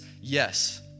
yes